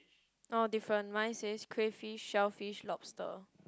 oh different mine says crayfish shellfish lobster